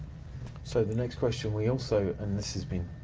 so the next question, we also, and this has been,